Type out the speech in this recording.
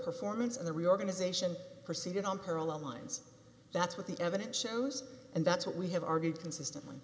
performance in the reorganization proceeded on parallel lines that's what the evidence shows and that's what we have argued consistently